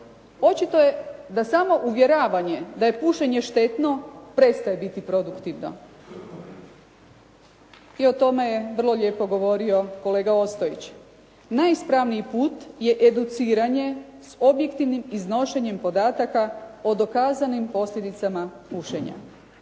Očito je da samo uvjeravanje da je pušenje štetno prestaje biti produktivno i o tome je vrlo lijepo govorio kolega Ostojić. Najispravniji put je educiranje s objektivnim iznošenjem podataka o dokazanim posljedicama pušenja.